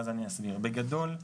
בגדול,